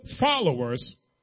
followers